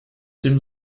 dem